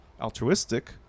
altruistic